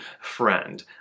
friend